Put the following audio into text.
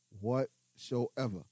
whatsoever